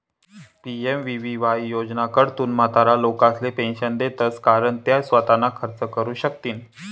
PMVVY योजनाकडथून म्हातारा लोकेसले पेंशन देतंस कारण त्या सोताना खर्च करू शकथीन